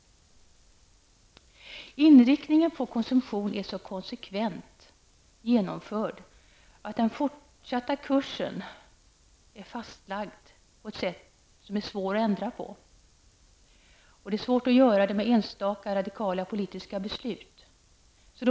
Inriktningen mot konsumtion är så konsekvent etablerad, att den fortsatta kursen är fastlagd på ett sätt som är svårt att ändra. Det är svårt att med enstaka radikala politiska beslut ändra kursen.